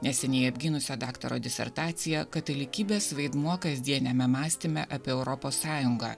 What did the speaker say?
neseniai apgynusią daktaro disertaciją katalikybės vaidmuo kasdieniame mąstyme apie europos sąjungą